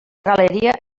galeria